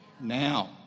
now